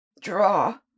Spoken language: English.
Draw